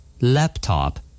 Laptop